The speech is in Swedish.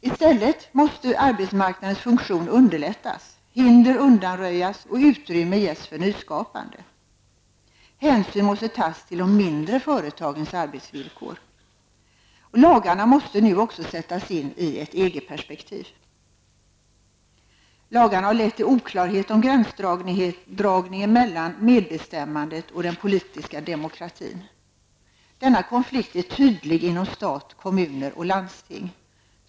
I stället måste arbetsmarknadens funktion underlättas, hinder undanröjs och utrymme ges för nyskapande. Hänsyn måste tas till de mindre företagens arbetsvillkor. Lagarna måste sättas in i ett eget perspektiv. -- Lagarna har lett till oklarhet om gränsdragningen mellan medbestämmandet och den politiska demokratin. Denna konflikt är tydlig inom stat, kommuner och landsting.